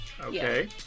Okay